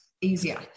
easier